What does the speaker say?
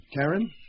Karen